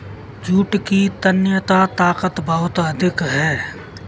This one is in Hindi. जूट की तन्यता ताकत बहुत अधिक है